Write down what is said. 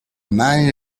man